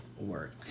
work